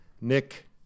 Nick